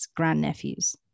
grandnephews